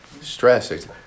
Stress